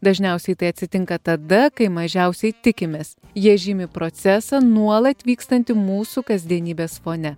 dažniausiai tai atsitinka tada kai mažiausiai tikimės jie žymi procesą nuolat vykstantį mūsų kasdienybės fone